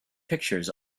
pictures